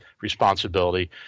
responsibility